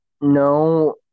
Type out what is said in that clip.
no